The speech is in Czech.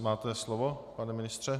Máte slovo, pane ministře.